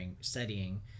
studying